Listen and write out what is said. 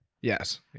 Yes